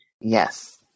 Yes